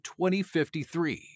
2053